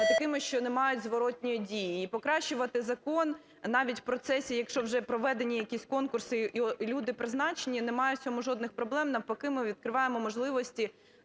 такими, що не мають зворотної дії. І покращувати закон навіть у процесі, якщо вже проведені якісь конкурси і люди призначені, немає в цьому жодних проблем. Навпаки ми відкриваємо можливості